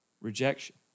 rejection